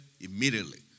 immediately